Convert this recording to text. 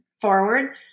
forward